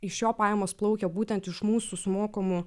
iš jo pajamos plaukia būtent iš mūsų sumokamų